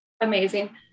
amazing